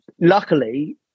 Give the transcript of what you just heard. luckily